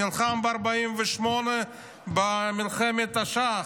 נלחם ב-1948 במלחמת תש"ח,